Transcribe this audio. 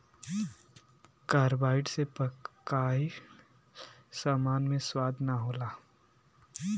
carbide से पकाइल सामान मे स्वाद ना होला